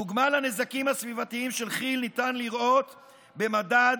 דוגמה לנזקים הסביבתיים של כי"ל ניתן לראות במדד